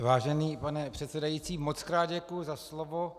Vážený pane předsedající, mockrát děkuju za slovo.